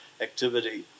activity